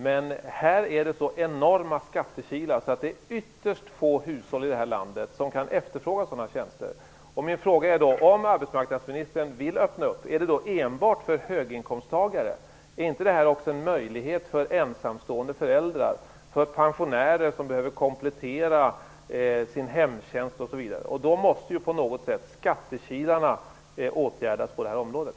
Men här finns det så enorma skattekilar att det är ytterst få hushåll i det här landet som kan efterfråga sådana tjänster. Mina frågor är då: Om arbetsmarknadsministern vill öppna upp, är det i så fall enbart för höginkomsttagare? Är inte detta också en möjlighet för ensamstående föräldrar och för pensionärer som behöver komplettera sin hemtjänst? Då måste på något sätt skattekilarna åtgärdas på det här området.